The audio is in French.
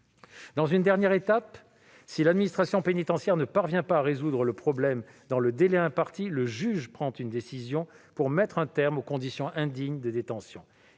de juridiction. Enfin, si l'administration pénitentiaire ne parvient pas à résoudre le problème dans le délai imparti, le juge prend une décision pour mettre un terme aux conditions indignes de détention.